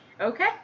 Okay